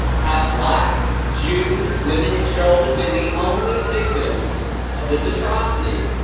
have blacks, jews, women and children been the only victims of this atrocity?